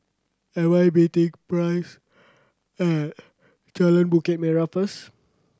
am I meeting Price at Jalan Bukit Merah first